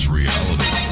reality